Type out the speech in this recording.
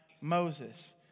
Moses